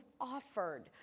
offered